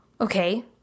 okay